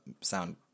sound